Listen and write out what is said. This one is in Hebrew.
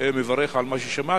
מברך על מה ששמעתי,